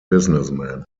businessman